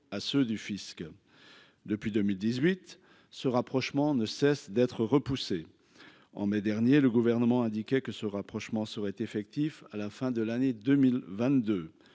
à ceux du Fisc. Depuis 2018, ce rapprochement ne cesse d'être repoussé en mai dernier, le gouvernement indiquait que ce rapprochement serait effectif à la fin de l'année 2022.